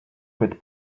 quit